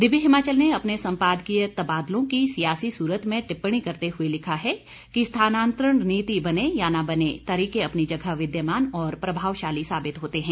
दिव्य हिमाचल ने अपने संपादकीय तबादलों की सियासी सूरत में टिप्पणी करते हुए लिखा है कि स्थानांतरण नीति बने या न बने तरीके अपनी जगह विद्यमान और प्रभावशाली साबित होते हैं